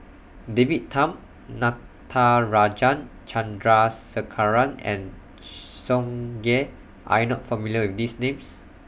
David Tham Natarajan Chandrasekaran and Tsung Yeh Are YOU not familiar with These Names